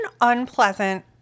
unpleasant